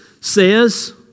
says